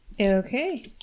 Okay